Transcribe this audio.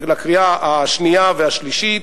לקריאה השנייה והשלישית,